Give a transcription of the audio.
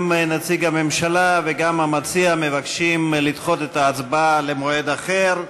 גם נציג הממשלה וגם המציע מבקשים לדחות את ההצבעה למועד אחר.